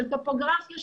של טופוגרפיה,